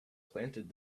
planted